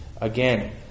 again